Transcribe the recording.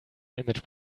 image